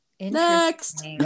next